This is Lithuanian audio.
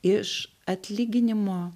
iš atlyginimo